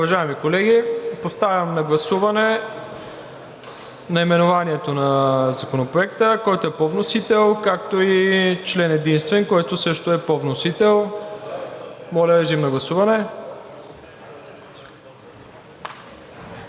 Уважаеми колеги, поставям на гласуване наименованието на Законопроекта, който е по вносител, както и член единствен, който също е по вносител. Гласували